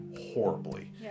horribly